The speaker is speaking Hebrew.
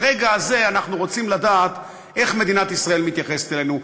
ברגע הזה אנחנו רוצים לדעת איך מדינת ישראל מתייחסת אלינו,